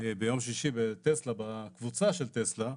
ביום שישי בטסלה, בקבוצה של טסלה,